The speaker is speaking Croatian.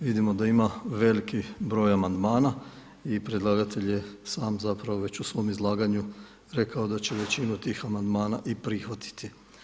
Vidimo da ima veliki broj amandmana i predlagatelj je sam zapravo već u svom izlaganju rekao da će većinu tih amandmana i prihvatiti.